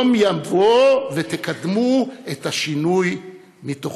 יום יבוא ותקדמו את השינוי מתוכו.